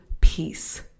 peace